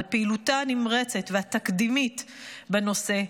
על פעילותה הנמרצת והתקדימית בנושא,